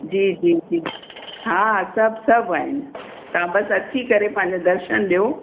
जी जी जी हा सभु सभु आहिनि तव्हां बसि अची करे पंहिंजो दर्शन ॾियो